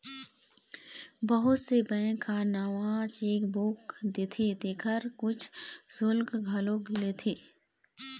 बहुत से बेंक ह नवा चेकबूक देथे तेखर कुछ सुल्क घलोक लेथे